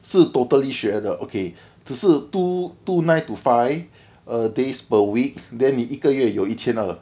是 totally 学的 okay 只是 two two nine two five err days per week then 你一个月有一千二